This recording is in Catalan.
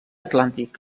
atlàntic